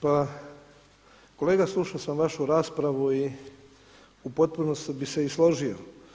Pa kolega slušao sam vašu raspravu i u potpunosti bih se i složio.